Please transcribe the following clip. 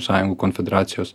sąjungų konfederacijos